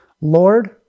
Lord